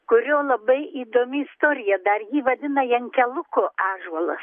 kurio labai įdomi istorija dar jį vadina jenkeluko ąžuolas